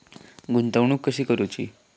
गुंतवणूक कशी करूची?